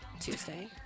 Tuesday